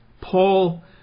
Paul